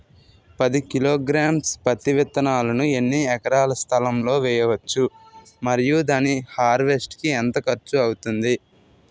పది కిలోగ్రామ్స్ పత్తి విత్తనాలను ఎన్ని ఎకరాల స్థలం లొ వేయవచ్చు? మరియు దాని హార్వెస్ట్ కి ఎంత ఖర్చు అవుతుంది?